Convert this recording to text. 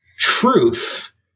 Truth